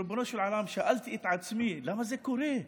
ריבונו של עולם, שאלתי את עצמי למה זה קורה.